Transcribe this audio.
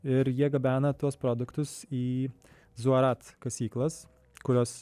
ir jie gabena tuos produktus į zuarat kasyklas kurios